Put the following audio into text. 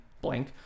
Blank